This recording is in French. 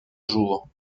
jours